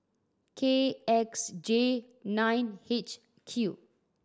K X J nine H Q